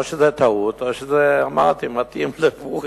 או שזו טעות, או שזה, אמרתי, מתאים לפורים.